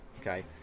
okay